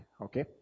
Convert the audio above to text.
okay